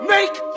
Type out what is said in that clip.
Make